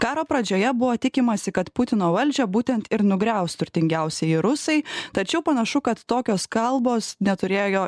karo pradžioje buvo tikimasi kad putino valdžią būtent ir nugriaus turtingiausieji rusai tačiau panašu kad tokios kalbos neturėjo